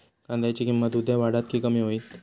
कांद्याची किंमत उद्या वाढात की कमी होईत?